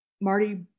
Marty